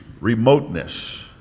remoteness